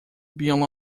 being